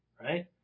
right